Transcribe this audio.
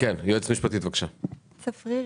כן צפריר,